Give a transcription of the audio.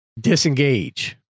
disengage